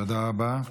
תודה רבה.